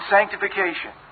Sanctification